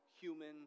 human